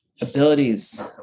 abilities